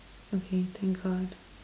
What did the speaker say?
okay thank god